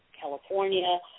California